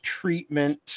treatment